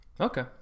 Okay